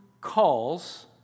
calls